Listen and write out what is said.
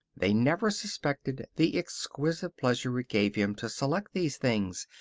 they never suspected the exquisite pleasure it gave him to select these things,